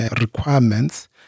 requirements